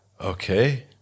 Okay